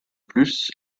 plus